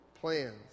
plans